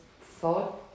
thought